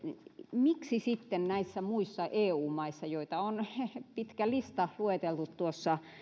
miksi sitten näissä muissa eu maissa joita on pitkä lista lueteltu tuossa